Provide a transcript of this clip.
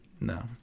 No